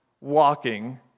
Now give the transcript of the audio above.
walking